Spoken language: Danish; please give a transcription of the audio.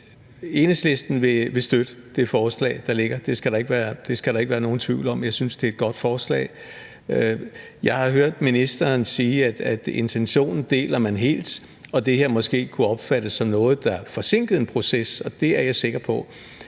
Enhedslisten vil støtte det forslag, der ligger. Det skal der ikke være nogen tvivl om. Jeg synes, det er et godt forslag. Jeg har hørt ministeren sige, at intentionen deler man helt, og at det her måske kunne opfattes som noget, der forsinkede en proces. Det er jeg sikker på